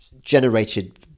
generated